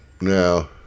No